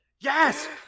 Yes